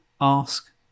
Ask